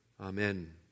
Amen